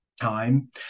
time